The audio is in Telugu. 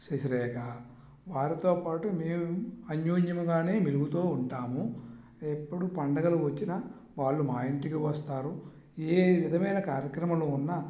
శశిరేఖ వారితో పాటు మేము అన్యోన్యంగానే మెలుగుతూ ఉంటాము ఎప్పుడు పండుగలు వచ్చినా వాళ్ళు మా ఇంటికి వస్తారు ఏ విధమైన కార్యక్రమాలు ఉన్నా